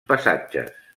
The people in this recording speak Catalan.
passatges